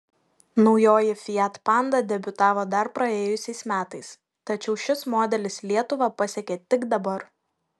naujoji fiat panda debiutavo dar praėjusiais metais tačiau šis modelis lietuvą pasiekė tik dabar